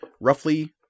roughly